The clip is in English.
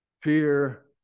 fear